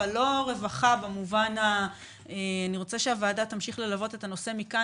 אני רוצה שהוועדה תמשיך ללוות את הנושא מכאן